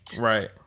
Right